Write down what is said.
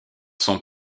sont